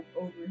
over